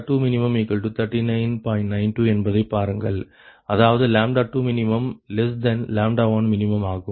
92 என்பதைப் பாருங்கள் அதாவது 2min1min ஆகும்